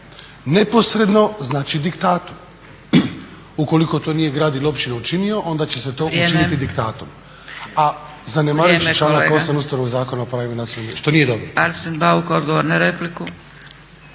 Neposredno znači diktatom. Ukoliko to nije grad ili općina učinio onda će se to učiniti diktatom. A zanemarit će članak 8. Ustavnog zakona o pravima nacionalnih manjina što nije dobro.